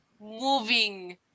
moving